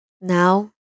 Now